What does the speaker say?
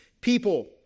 people